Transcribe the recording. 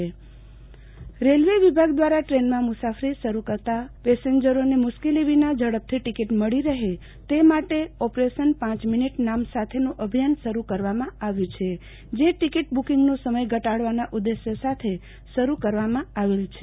આરતીબેન Bhatt railway વિભાગ ticket railway વિભાગ દ્રારા ટ્રેનમાં મુસાફરી શરૂ કરતા પેસેન્જરોને વિના ઝડપથી ટિકિટ મળી રહે તે માટે ઓપરેશન પાંચ મિનિટ નામ સાથેનું અભિયાન શરૂ કરવામાં આવ્યુ છે જે ટિકિટ બુકિંગનો સમય ઘટાડવાના ઉદેશ્ય સાથે શરૂ કરવામાં આવેલ છે